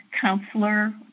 counselor